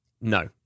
no